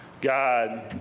god